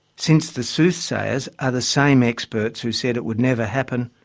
since the soothsayers are the same experts who said it would never happen,